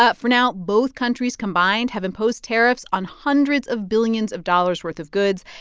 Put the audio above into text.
ah for now, both countries combined have imposed tariffs on hundreds of billions of dollars' worth of goods,